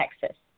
Texas